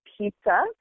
pizza